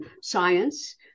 science